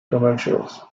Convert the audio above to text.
commercials